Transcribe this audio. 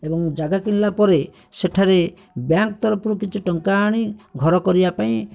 ଏବଂ ଜାଗା କିଣିଲା ପରେ ସେଠାରେ ବ୍ୟାଙ୍କ ତରଫରୁ କିଛି ଟଙ୍କା ଆଣି ଘର କରିବାପାଇଁ